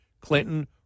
Clinton